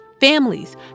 families